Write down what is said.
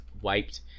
wiped